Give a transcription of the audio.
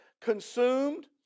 consumed